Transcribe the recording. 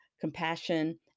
compassion